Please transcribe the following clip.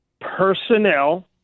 personnel